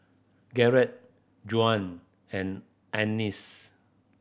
Garret Juan and Annis